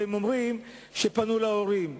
והם אומרים שפנו להורים.